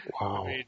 Wow